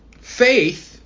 faith